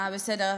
בסדר.